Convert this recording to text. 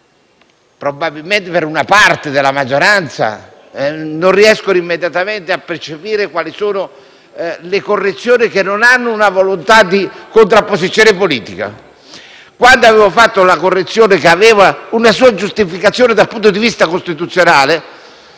sua tecnica. Una parte della maggioranza non riesce immediatamente a percepire quali sono le correzioni che non hanno intento di contrapposizione politica. Quando presentai la suddetta correzione, che aveva una sua giustificazione dal punto di vista costituzionale,